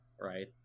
right